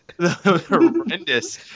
Horrendous